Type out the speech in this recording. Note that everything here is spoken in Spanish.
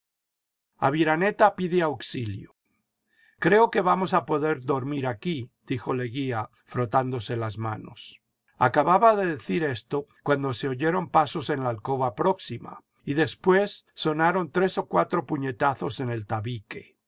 aviraneta pide auxilio creo que vamos a poder dormir aquí dijo leguía frotándose las manos acababa de decir esto cuando se oeron pasos en la alcoba próxima y después sonaron tres o cuatro puñetazos en el tabique